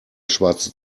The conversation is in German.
schwarze